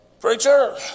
Preacher